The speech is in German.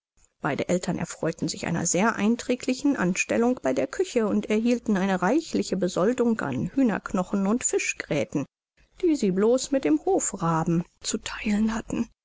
beide eltern erfreuten sich einer sehr einträglichen anstellung bei der küche und erhielten eine reichliche besoldung an hühnerknochen und fischgräten die sie blos mit dem hofraben zu theilen hatten